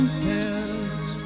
pairs